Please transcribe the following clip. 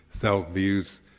self-views